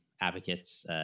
advocates